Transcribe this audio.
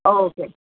okay